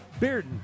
Bearden